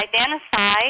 identify